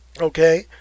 Okay